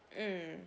mm